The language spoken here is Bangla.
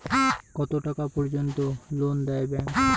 কত টাকা পর্যন্ত লোন দেয় ব্যাংক?